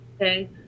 Okay